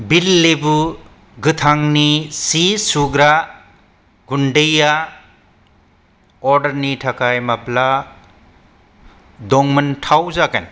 wheel लेबु गोथांनि सि सुग्रा गुन्दैया अर्डारनि थाखाय माब्ला दंमोनथाव जागोन